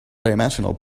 dimensional